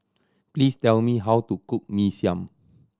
please tell me how to cook Mee Siam